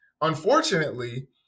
unfortunately